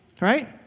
Right